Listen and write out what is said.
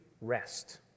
rest